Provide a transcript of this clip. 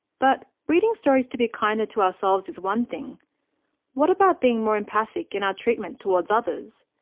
but reading stories to be kinder to ourselves is one thing what about being more empathic in our treatment towards others?